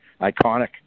iconic